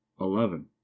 eleven